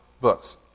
books